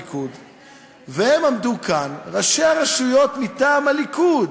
הם עמדו כאן, ראשי רשויות מטעם הליכוד,